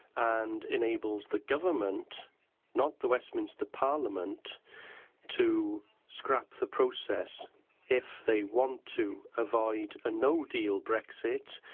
and enables the government not the westminster parliament to scrap the process if they want to avoid a no deal brexit,